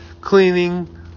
cleaning